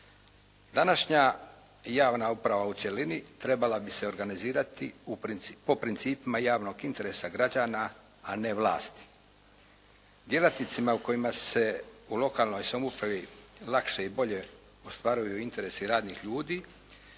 Današnja javna uprava u cjelini trebala bi se organizirati po principima javnog interesa građana, a ne vlasti. Djelatnicima o kojima se u lokalnoj samoupravi lakše i bolje ostvaruju interesi radnih ljudi